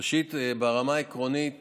ראשית, ברמה העקרונית